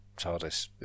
TARDIS